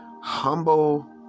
Humble